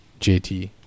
JT